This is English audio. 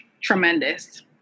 tremendous